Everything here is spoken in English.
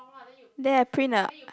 then I print a